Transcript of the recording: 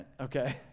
okay